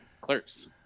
clerks